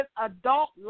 adult